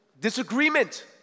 disagreement